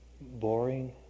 boring